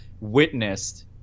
witnessed